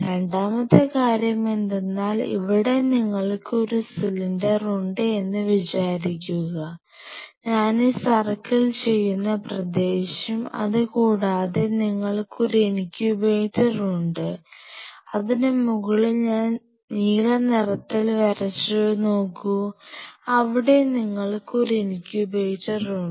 രണ്ടാമത്തെ കാര്യം എന്തെന്നാൽ ഇവിടെ നിങ്ങൾക്ക് ഒരു സിലിണ്ടർ ഉണ്ട് എന്ന് വിചാരിക്കുക ഞാനീ സർക്കിൾ ചെയ്യുന്ന പ്രദേശം അതുകൂടാതെ നിങ്ങൾക്ക് ഒരു ഇൻക്യുബേറ്റർ ഉണ്ട് അതിന് മുകളിൽ ഞാൻ നീലനിറത്തിൽ വരച്ചത് നോക്കൂ അവിടെ നിങ്ങൾക്ക് ഒരു ഇൻക്യുബേറ്റർ ഉണ്ട്